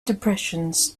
depressions